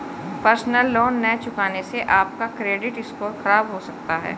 personal loan न चुकाने से आप का क्रेडिट स्कोर खराब हो सकता है